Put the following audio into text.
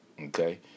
okay